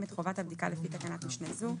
את חובות הבדיקה לפי תקנת משנה זו.